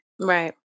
Right